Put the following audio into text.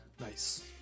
Nice